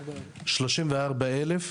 34,000,